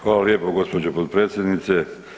Hvala lijepo gospođo potpredsjednice.